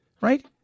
right